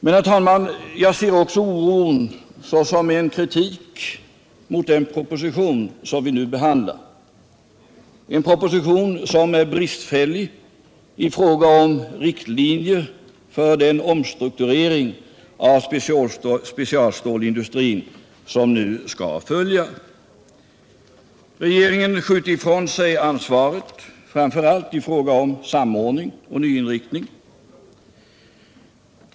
Men, herr talman, jag ser också oron som en kritik mot den proposition vi nu behandlar — en proposition som är bristfällig i fråga om riktlinjer för den omstrukturering av specialstålindustrin som nu skall följa. Regeringen skjuter ifrån sig ansvaret framför allt i fråga om samordning och nyinriktning.